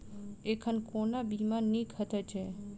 एखन कोना बीमा नीक हएत छै?